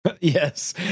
Yes